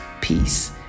peace